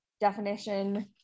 definition